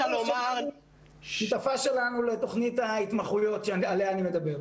היא שותפה שלנו לתוכנית ההתמחויות שעליה אני מדבר.